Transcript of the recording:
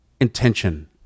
intention